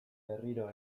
berriro